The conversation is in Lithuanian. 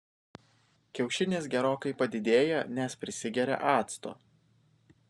kiaušinis gerokai padidėja nes prisigeria acto